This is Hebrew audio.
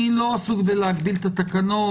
אני לא עסוק בלהגביל את התקנות.